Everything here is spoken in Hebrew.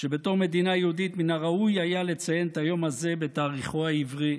שבתור מדינה יהודית מן הראוי היה לציין את היום הזה בתאריכו העברי,